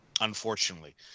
unfortunately